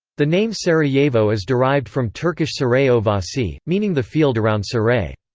the name sarajevo is derived from turkish saray ovasi, meaning the field around saray.